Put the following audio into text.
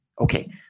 Okay